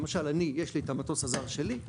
למשל, אני, יש לי את המטוס הזר שלי.